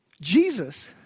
Jesus